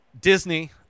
Disney